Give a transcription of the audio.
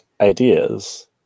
ideas